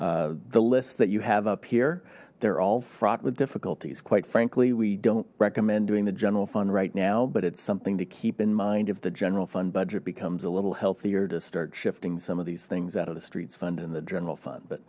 difficult the list that you have up here they're all fraught with faculties quite frankly we don't recommend doing the general fund right now but it's something to keep in mind if the general fund budget becomes a little healthier to start shifting some of these things out of the streets fund and the general fund but